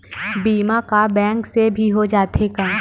बीमा का बैंक से भी हो जाथे का?